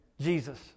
Jesus